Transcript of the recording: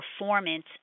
performance